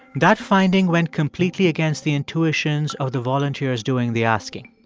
that finding went completely against the intuitions of the volunteers doing the asking.